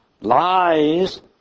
lies